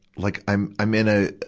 like, i'm, i'm in a,